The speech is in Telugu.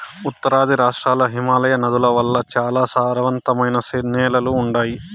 ఉత్తరాది రాష్ట్రాల్ల హిమాలయ నదుల వల్ల చాలా సారవంతమైన నేలలు ఉండాయి